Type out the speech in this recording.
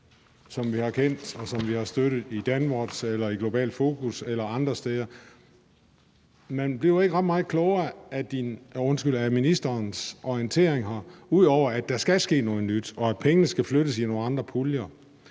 som vi har kendt, og som vi har støttet i Danwatch eller i Globalt Fokus eller andre steder? Man bliver ikke ret meget klogere af ministerens orientering, ud over at der skal ske noget nyt, og at pengene skal flyttes over i nogle andre puljer.